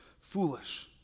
foolish